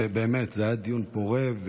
ובאמת זה היה דיון פורה,